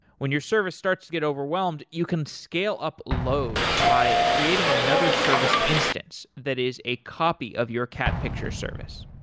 when your service starts to get overwhelmed, you can scale up load by creating another service instance that is a copy of your cat picture service.